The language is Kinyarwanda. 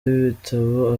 w’ibitabo